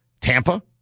Tampa